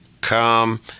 Come